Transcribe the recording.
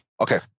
Okay